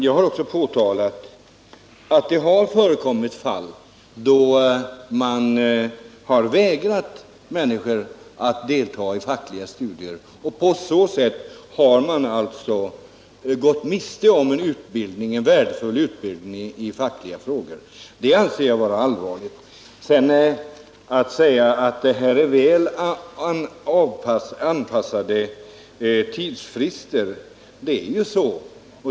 Jag har också pekat på att det har förekommit fall då man har vägrat människor att delta i fackliga studier. På så sätt har alltså dessa människor gått miste om en värdefull utbildning i fackliga frågor. Det anser jag vara allvarligt. Sedan sägs här att det är väl anpassade tidsfrister.